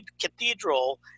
cathedral